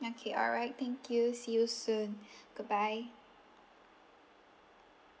okay alright thank you see you soon goodbye